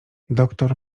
doktor